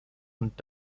und